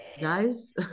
Guys